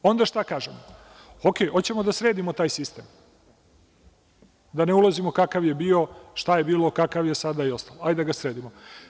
Onda, šta kaže, u redu, hoćemo da sredimo taj sistem, da ne ulazimo u to kakav je bio, šta je bilo, kakav je sada i ostalo, hajde da ga sredimo.